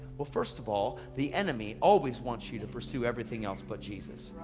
well first of all the enemy always wants you to pursue everything else but jesus.